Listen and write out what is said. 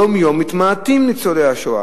יום-יום מתמעטים ניצולי השואה.